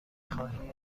خواهی